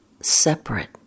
separate